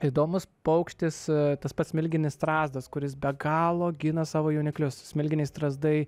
įdomus paukštis tas pats smilginis strazdas kuris be galo gina savo jauniklius smilginiai strazdai